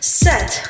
set